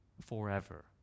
forever